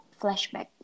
flashback